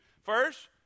First